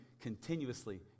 continuously